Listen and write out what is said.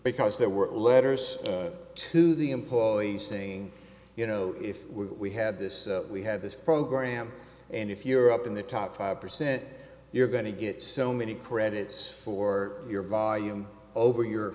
because there were letters to the employees saying you know if we have this we have this program and if you're up in the top five percent you're going to get so many credits for your volume over your